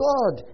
God